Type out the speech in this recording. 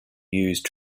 used